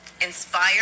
inspired